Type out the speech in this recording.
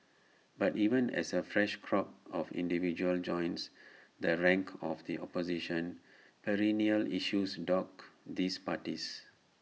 but even as A fresh crop of individuals joins the ranks of the opposition perennial issues dog these parties